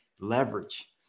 Leverage